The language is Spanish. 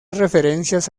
referencias